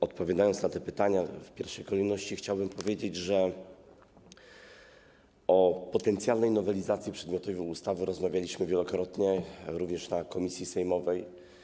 Odpowiadając na pytania, w pierwszej kolejności chciałbym powiedzieć, że o potencjalnej nowelizacji przedmiotowej ustawy rozmawialiśmy wielokrotnie, również w komisji sejmowej.